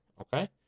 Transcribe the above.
Okay